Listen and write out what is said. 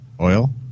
Oil